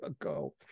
ago